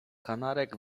kanarek